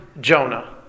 Jonah